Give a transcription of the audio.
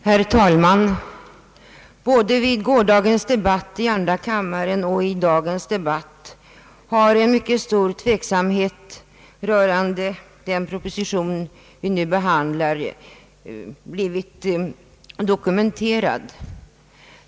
Herr talman! Både under gårdagens debatt i andra kammaren och under dagens debatt har mycket stor tveksamhet rörande den proposition vi nu behandlar blivit dokumenterad.